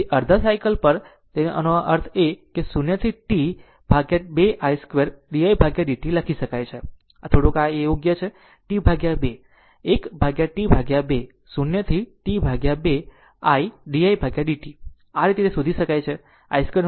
તેથી અડધા સાયકલ પર તેથી તેનો અર્થ એ કે આ 0 થી t 2 I 2 ડી t લખી શકાય છે અને આ થોડુંક આ છે t 2 1 t 2 0 થી t 2 આઇ 2 ડી t